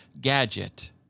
gadget